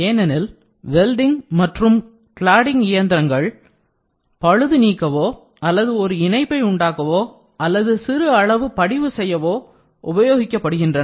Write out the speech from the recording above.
ஏனெனில் வெல்டிங் மற்றும் கிளாடிங் இயந்திரங்கள் பழுது நீக்கவோ அல்லது ஒரு இணைப்பை உண்டாக்குவோ அல்லது சிறு அளவு படிவு செய்யவோ உபயோகிக்கப்படுகின்றன